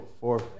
four